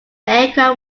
aircraft